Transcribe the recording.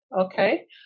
Okay